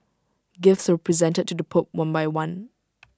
gifts were presented to the pope one by one